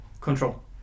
Control